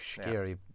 scary